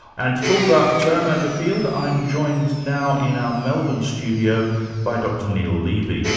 and to talk about the term, and the field, i'm joined now in our melbourne studio by dr neil levy,